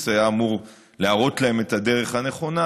היה אמור להראות להם את הדרך הנכונה,